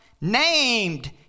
named